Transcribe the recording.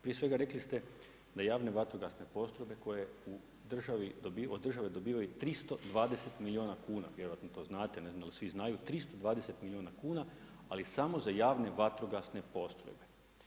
Prije svega, rekli ste da javne vatrogasne postrojbe koje od države dobivaju 320 milijuna kuna, vjerojatno to znate, ne znam jel' svi znaju, 320 milijuna kuna ali samo javne vatrogasne postrojbe.